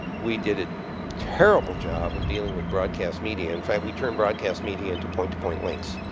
we did a terrible job of dealing with broadcast media. in fact, we turned broadcast media into point-to-point links.